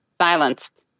Silenced